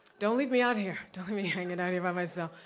don't leave me out here, don't leave me hanging out here by myself.